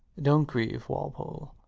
don't grieve, walpole.